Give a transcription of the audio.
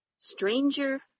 stranger